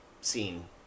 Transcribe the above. scene